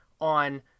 on